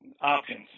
options